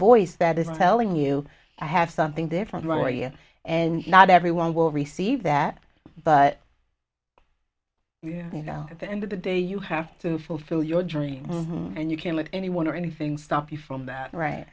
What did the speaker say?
voice that isn't telling you i have something different for you and not everyone will receive that but you know at the end of the day you have to fulfill your dreams and you can't let anyone or anything stop you from that right